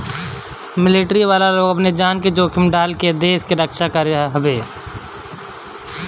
military वाला लोग आपन जान के जोखिम में डाल के देस के रक्षा करत हवे